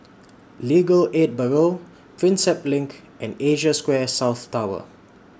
Legal Aid Bureau Prinsep LINK and Asia Square South Tower